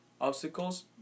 obstacles